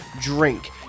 drink